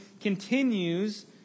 continues